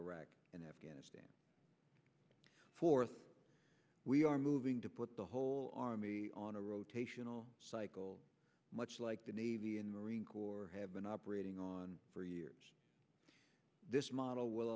iraq and afghanistan fourth we are moving to put the whole army on a rotational cycle much like the navy and marine corps have been operating on for years this model will